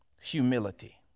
humility